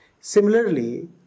Similarly